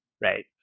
right